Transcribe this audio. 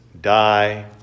die